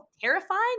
terrifying